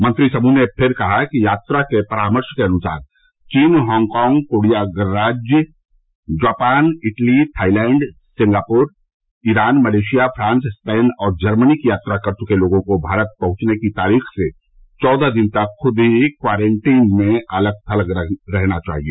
मंत्री समूह ने फिर कहा है कि यात्रा परामर्श के अन्सार चीन हांगकांग कोरिया गणराज्य Japan Italy Thailand Singapore Iran Malaysia France Spain और जर्मनी की यात्रा कर चुके लोगों को भारत पहुंचने की तारीख से चौदह दिन तक खुद ही क्वॉरेन्टीन में अलग थलग रहना चाहिए